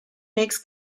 makes